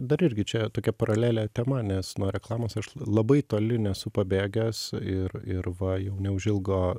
dar irgi čia tokia paralelė tema nes nuo reklamos aš labai toli nesu pabėgęs ir ir va jau neužilgo